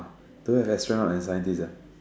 don't have astronaut and scientist ah